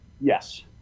Yes